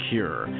Cure